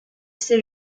ses